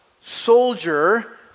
Soldier